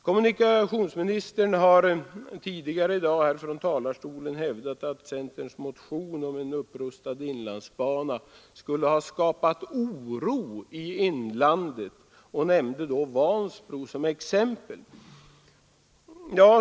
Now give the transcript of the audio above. Kommunikationsministern har tidigare i dag här från talarstolen hävdat att centerns motion om en upprustad inlandsbana skulle ha skapat oro i inlandet, och han nämnde Vansbro som exempel.